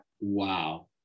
wow